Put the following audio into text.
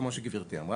כמו שגברתי אמרה.